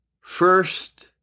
first